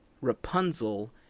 Rapunzel